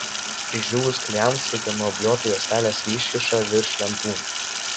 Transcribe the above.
išdžiūvus klijams reikia nuobliuoti juostelės iškyšą virš lentų